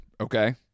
okay